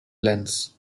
lengths